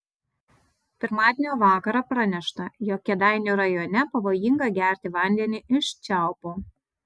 pirmadienio vakarą pranešta jog kėdainių rajone pavojinga gerti vandenį iš čiaupo